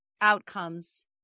outcomes